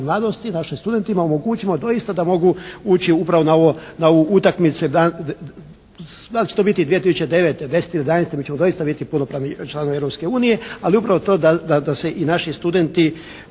mladosti, našim studentima omogućimo doista da mogu ući upravo na ovu utakmicu. Da li će to biti 2009., 2010., 2011. mi ćemo doista biti punopravni članovi Europske unije, ali upravo to da se i naši studenti